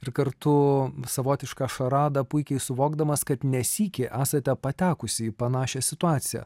ir kartu savotišką šaradą puikiai suvokdamas kad ne sykį esate patekusi į panašią situaciją